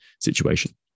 situation